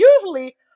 usually